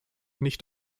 nicht